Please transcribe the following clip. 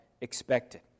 expected